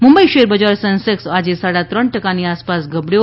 મુંબઈ શેર બજાર સેન્સેકસ આજે સાડા ત્રણ ટકાની આસપાસ ગબડ્યો